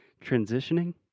transitioning